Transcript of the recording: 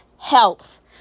health